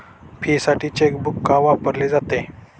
फीसाठी चेकबुक का वापरले जाते?